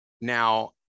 Now